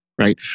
right